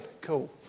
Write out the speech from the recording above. cool